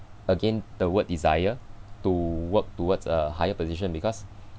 again the word desire to work towards a higher position because